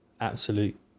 absolute